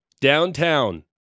downtown